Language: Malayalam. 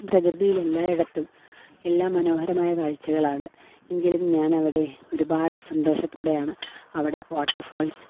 പ്രകൃതിയിലെല്ലായിടത്തും എല്ലാം മനോഹരമായ കാഴ്ചകളാണ് എങ്കിലും ഞാനവിടെ ഒരുപാട് സന്തോഷത്തോടെയാണ് അവിടെ വാട്ടർ ഫാൾസ്